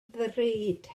ddrud